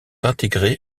intégrés